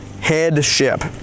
Headship